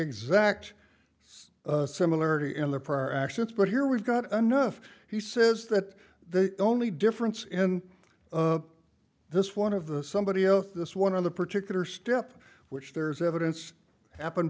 exact it's similarity in the prior actions but here we've got enough he says that the only difference in of this one of the somebody else this one of the particular step which there is evidence happened